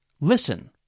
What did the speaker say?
listen